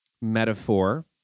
metaphor